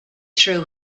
through